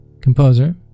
composer